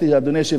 אדוני היושב-ראש,